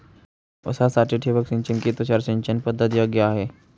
ऊसासाठी ठिबक सिंचन कि तुषार सिंचन पद्धत योग्य आहे?